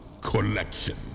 Collection